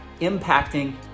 impacting